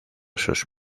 sus